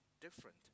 different